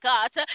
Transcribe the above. God